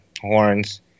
horns